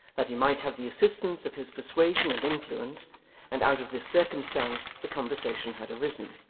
that he might have the assistance of his persuasion and influence and out of this circumstance the conversation had arisen.